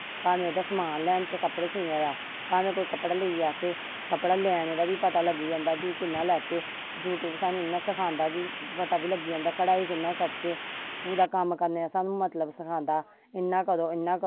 भावें ओहदा समान लैन जाचै कपडे़ सीने दा भावें कोई कपड़ा लेई आचै कपड़ा लैने दा बी पता लग्गी जंदा कि कियां लैचे यूट्यूब सानू इयां सिखांदा कि पता बी लग्गी जंदा कढाई कियां कढचै पूरा कम्म करने दा सानू मतलब सिखांदा इना करो इना करो